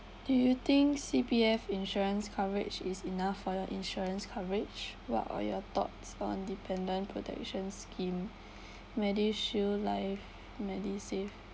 do you think C_P_F insurance coverage is enough for your insurance coverage what are your thoughts on dependent protection scheme medishield life medisave